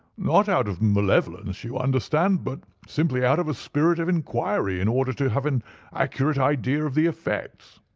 not out of malevolence, you understand, but simply out of a spirit of inquiry in order to have an accurate idea of the effects.